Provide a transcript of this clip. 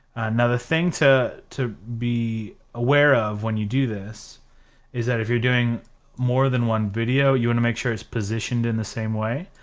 another thing to to be aware of when you do this is that if you're doing more than one video you want and to make sure it's positioned in the same way,